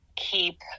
keep